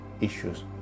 issues